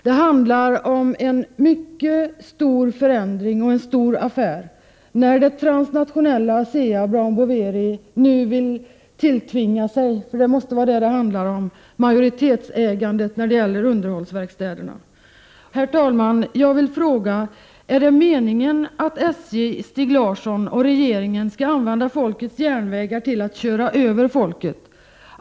Det handlar om en mycket stor förändring och en stor affär, när det transnationella Asea Brown Boveri nu vill tilltvinga sig — det måste vara fråga om det — majoritetsägandet i underhållsverkstäderna. Herr talman! Är det meningen att SJ, Stig Larsson och regeringen, skall använda folkets järnvägar till att köra över folket?